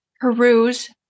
peruse